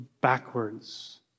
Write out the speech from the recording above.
backwards